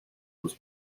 was